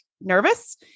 nervous